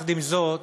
עם זאת,